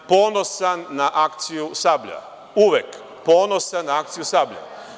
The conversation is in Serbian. Ponosan na akciju „Sablja“, uvek, ponosan na akciju „Sablja“